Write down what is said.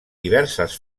diverses